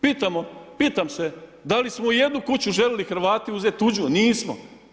Pitamo, pitam se da li smo i jednu kuću željeli Hrvati uzet tuđu, nismo.